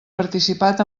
participat